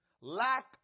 Lack